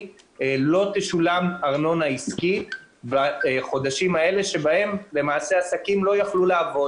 לא תשולם ארנונה עסקית לחודשים בהם העסקים לא עבדו.